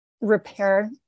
repair